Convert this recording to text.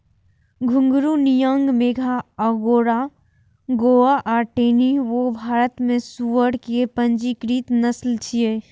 घूंघरू, नियांग मेघा, अगोंडा गोवा आ टेनी वो भारत मे सुअर के पंजीकृत नस्ल छियै